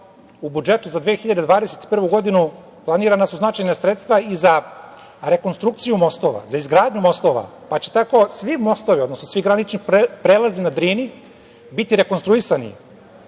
u budžetu za 2021. godinu planirana su značajna sredstva i za rekonstrukciju mostova, za izgradnju mostova, pa će tako svi mostovi, odnosno svi granični prelazi na Drini biti rekonstruisani,